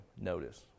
notice